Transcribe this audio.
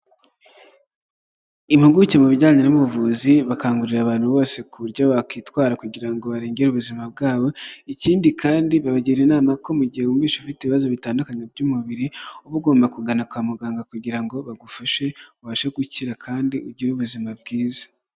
Impuguke mu bijyanye n'ubuvuzi bakangurira abantu bose ku buryo bakwitwara kugira ngo barengere ubuzima bwabo, ikindi kandi babagira inama ko mu gihe wumvishe ufite ibibazo bitandukanye by'umubiri, uba ugomba kugana kwa muganga kugira ngo bagufashe ubashe gukira kandi ugire ubuzima bwiza.